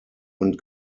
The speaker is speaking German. und